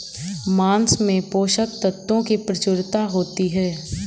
माँस में पोषक तत्त्वों की प्रचूरता होती है